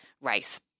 race